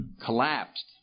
collapsed